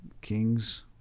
kings